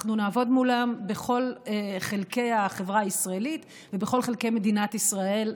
אנחנו נעבוד מולם בכל חלקי החברה הישראלית ובכל חלקי מדינת ישראל,